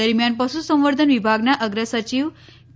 દરમિયાન પશુ સંવર્ધન વિભાગના અર્ગસચિવ કે